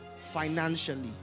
financially